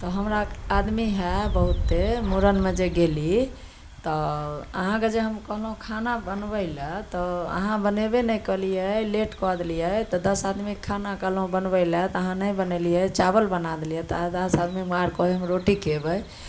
तऽ हमरा आदमी हय बहुत्ते मूड़नमे जे गेली तऽ अहाँके जे हम कहलहुँ खाना बनबै लै तऽ अहाँ बनेबे नहि कयलियै लेट कऽ देलियै तऽ दश आदमी खाना कहलहुँ बनबै ला तऽ अहाँ नहि बनेलियै चावल बना देलियै तऽ आठ दश आदमी बिमार कहए हम रोटी खयबै